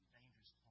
dangerous